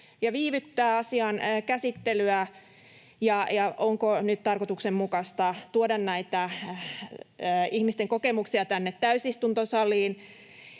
ja viivyttää asian käsittelyä ja että onko nyt tarkoituksenmukaista tuoda näitä ihmisten kokemuksia tänne täysistuntosaliin.